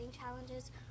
challenges